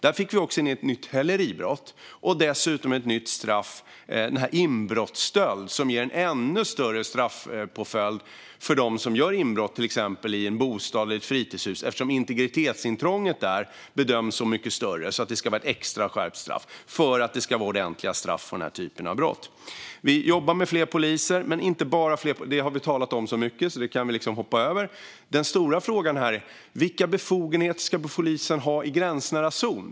Där fick vi också in ett nytt häleribrott och dessutom ett nytt straff för inbrottsstöld, som ger en ännu större straffpåföljd för dem som gör inbrott i till exempel en bostad eller ett fritidshus eftersom integritetsintrånget där bedöms som mycket större. Då ska det vara ett extra skärpt straff, för det ska vara ordentliga straff för den här typen av brott. Vi jobbar med fler poliser. Detta har vi talat om så mycket, så det kan vi hoppa över. Den stora frågan är: Vilka befogenheter ska poliser ha i gränsnära zon?